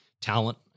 talent